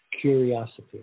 curiosity